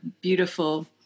beautiful